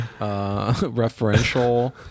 referential